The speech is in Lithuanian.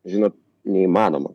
žinot neįmanoma